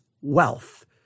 wealth